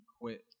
quit